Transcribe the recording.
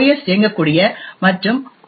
S இயங்கக்கூடிய மற்றும் ஓ